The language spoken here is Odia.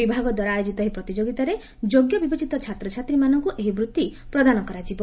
ବିଭାଗ ଦ୍ୱାରା ଆୟୋଜିତ ଏକ ପ୍ରତିଯୋଗିତାରେ ଯୋଗ୍ୟ ବିବେଚିତ ଛାତ୍ରଛାତ୍ରୀମାନଙ୍କୁ ଏହି ବୃତି ପ୍ରଦାନ କରାଯିବ